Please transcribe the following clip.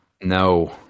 No